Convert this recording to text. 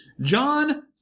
John